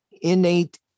innate